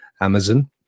Amazon